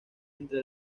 entre